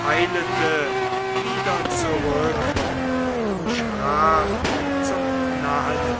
eilete wieder zurück und sprach zum nahen